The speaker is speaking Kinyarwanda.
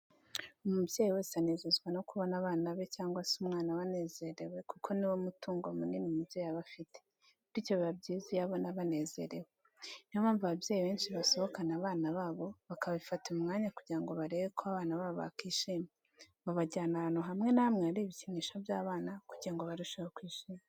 Umubyeyi wese anezezwa no kubona abana be cyangwa se umwana we anezerewe kuko ni wo mutungo munini umubyeyi aba afite, bityo biba byiza iyo abona banezerewe. Ni yo mpamvu ababyeyi benshi basohokana abana babo bakabifatira umwanya kugira ngo barebe ko abana babo bakwishima, babajyana ahantu hamwe na hamwe hari ibikinisho by'abana kugira ngo barusheho kwishima.